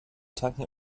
tanken